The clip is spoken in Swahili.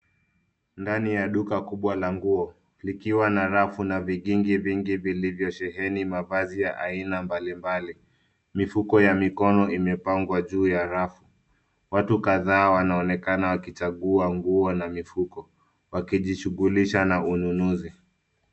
Ndani ya duka kubwa la nguo likiwa na rafu. Kuna vigingi vingi vilivyosheheni mavazi ya aina mbalimbali. Mifuko ya mikono imepangwa juu ya rafu. Watu kadhaa wanaonekana wakichagua nguo na mifuko, wakijishughulisha na ununuzi.